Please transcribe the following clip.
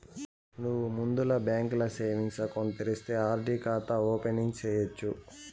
నువ్వు ముందల బాంకీల సేవింగ్స్ ఎకౌంటు తెరిస్తే ఆర్.డి కాతా ఓపెనింగ్ సేయచ్చు